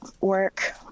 work